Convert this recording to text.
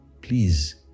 please